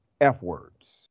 F-words